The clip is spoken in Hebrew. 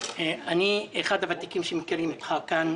אני אחד הוותיקים שמכירים אותך כאן,